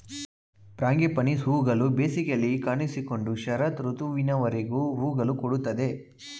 frangipanis ಹೂಗಳು ಬೇಸಿಗೆಯಲ್ಲಿ ಕಾಣಿಸಿಕೊಂಡು ಶರತ್ ಋತುವಿನವರೆಗೂ ಹೂಗಳನ್ನು ಕೊಡುತ್ತದೆ